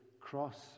cross